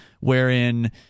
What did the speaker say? wherein